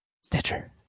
Stitcher